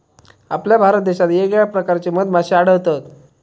आपल्या भारत देशात येगयेगळ्या प्रकारचे मधमाश्ये आढळतत